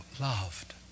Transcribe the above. loved